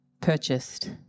purchased